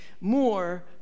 more